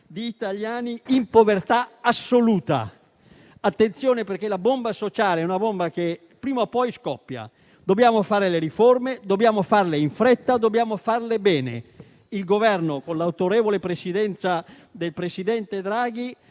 italiani in povertà assoluta: attenzione, perché la bomba sociale prima o poi scoppia. Dobbiamo fare le riforme, farle in fretta e bene. Il Governo, con l'autorevole Presidenza del presidente Draghi,